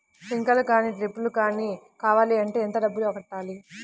Sprinkler కానీ డ్రిప్లు కాని కావాలి అంటే ఎంత డబ్బులు కట్టాలి?